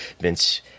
Vince